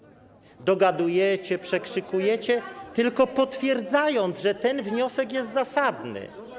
Dogadujecie, przekrzykujecie, tylko potwierdzając, że ten wniosek jest zasadny.